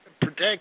protect